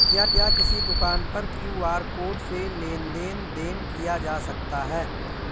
क्या किसी दुकान पर क्यू.आर कोड से लेन देन देन किया जा सकता है?